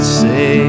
say